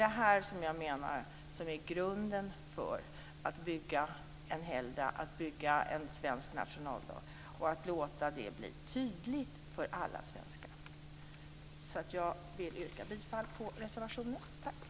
Det är grunden för att bygga en helgdag, att bygga en svensk nationaldag och att låta det bli tydligt för alla svenskar. Jag vill därför yrka bifall till reservation 1.